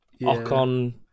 Ocon